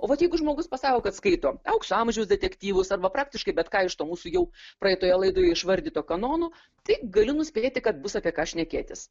o vat jeigu žmogus pasako kad skaito aukso amžiaus detektyvus arba praktiškai bet ką iš to mūsų jau praeitoje laidoje išvardyto kanono tai galiu nuspėti kad bus apie ką šnekėtis